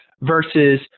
versus